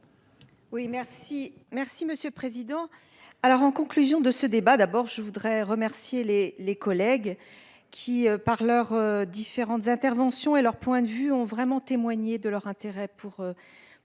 Oui merci merci Monsieur Président. Alors en conclusion de ce débat, d'abord je voudrais remercier les les collègues qui par leurs différentes interventions et leurs points de vue ont vraiment témoigné de leur intérêt pour.